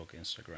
Instagram